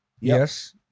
Yes